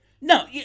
No